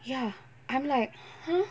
ya I'm like !huh!